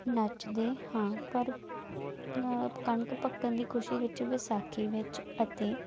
ਨੱਚਦੇ ਹਾਂ ਪਰ ਕਣਕ ਪੱਕਣ ਦੀ ਖੁਸ਼ੀ ਵਿੱਚ ਵਿਸਾਖੀ ਵਿੱਚ ਅਤੇ